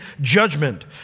judgment